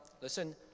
listen